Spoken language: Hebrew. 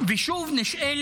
ושוב נשאל: